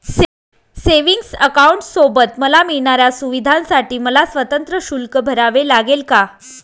Savings अकाउंटसोबत मला मिळणाऱ्या सुविधांसाठी मला स्वतंत्र शुल्क भरावे लागेल का?